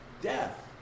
death